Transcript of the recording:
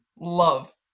love